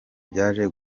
byaje